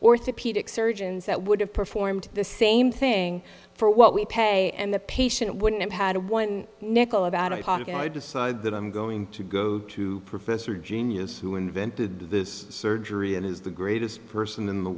orthopedic surgeons that would have performed the same thing for what we pay and the patient wouldn't have had one nickel about hanukkah i decide that i'm going to go to professor genius who invented this surgery and is the greatest person in the